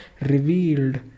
revealed